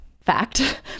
fact